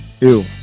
Ew